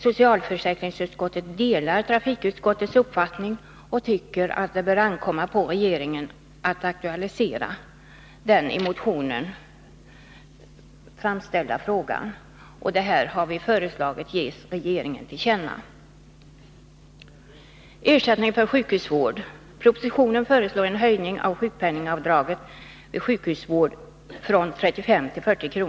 Socialförsäkringsutskottet delar trafikutskottets uppfattning och tycker att det bör ankomma på regeringen att aktualisera den i motionen upptagna frågan. Detta har socialförsäkringsutskottet föreslagit att riksdagen skall ge regeringen till känna. Beträffande sjukpenningavdraget vid sjukhusvård föreslås i propositionen en höjning av avdraget från 35 till 40 kr.